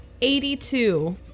Eighty-two